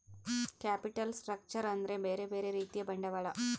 capital structure ಅಂದ್ರ ಬ್ಯೆರೆ ಬ್ಯೆರೆ ರೀತಿಯ ಬಂಡವಾಳ